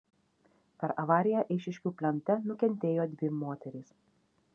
per avariją eišiškių plente nukentėjo dvi moterys